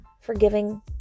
Forgiving